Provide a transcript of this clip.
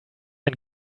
ein